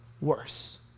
worse